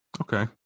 Okay